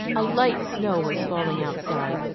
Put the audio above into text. a light snow was falling outside,